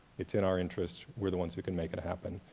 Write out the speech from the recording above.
it's in our interest, we're the ones who can make it happen.